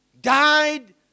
died